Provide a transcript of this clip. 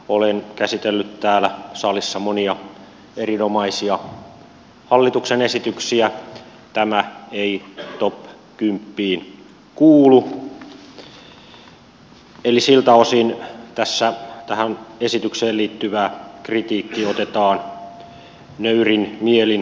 olen käsitellyt täällä salissa monia erinomaisia hallituksen esityksiä tämä ei top kymppiin kuulu eli siltä osin tähän esitykseen liittyvä kritiikki otetaan nöyrin mielin vastaan